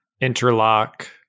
Interlock